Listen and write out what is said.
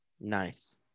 Nice